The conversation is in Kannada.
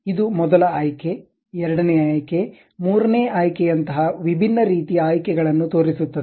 ಇದು ಮೊದಲ ಆಯ್ಕೆ ಎರಡನೇ ಆಯ್ಕೆ ಮೂರನೇ ಆಯ್ಕೆಯಂತಹ ವಿಭಿನ್ನ ರೀತಿಯ ಆಯ್ಕೆಗಳನ್ನು ತೋರಿಸುತ್ತದೆ